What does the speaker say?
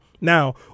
now